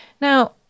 Now